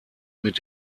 mit